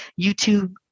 YouTube